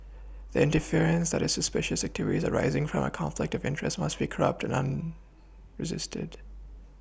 the inference that the suspicious activities arising from a conflict of interest must be corrupt and resisted